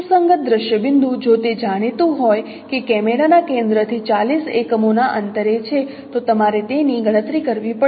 સુસંગત દ્રશ્ય બિંદુ જો તે જાણીતું હોય કે કેમેરાના કેન્દ્રથી 40 એકમોના અંતરે છે તો તમારે તેની ગણતરી કરવી પડશે